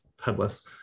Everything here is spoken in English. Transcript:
headless